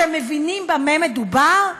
אתם מבינים במה מדובר?